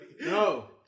No